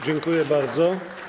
Dziękuję bardzo.